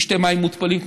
שישתה מים מותפלים,